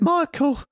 Michael